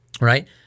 right